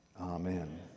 Amen